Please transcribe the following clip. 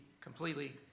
completely